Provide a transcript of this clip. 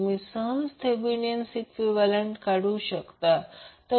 तुम्ही सहज Thevenin equivalent काढू शकता